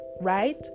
right